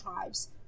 tribes